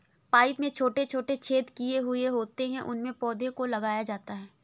pipe में छोटे छोटे छेद किए हुए होते हैं उनमें पौधों को लगाया जाता है